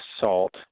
salt